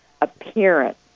appearance